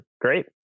Great